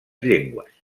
llengües